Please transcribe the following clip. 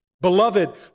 Beloved